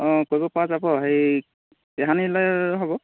অঁ কৰিব পৰা যাব হেৰি কাহানিলৈ হ'ব